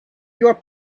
your